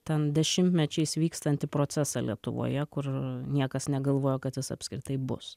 ten dešimtmečiais vykstantį procesą lietuvoje kur niekas negalvojo kad jis apskritai bus